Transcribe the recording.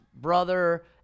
brother